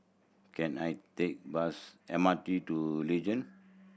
can I take bus M R T to Legend